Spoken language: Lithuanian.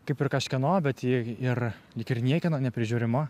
kaip ir kažkieno bet ji ir lyg ir niekieno neprižiūrima